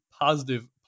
positive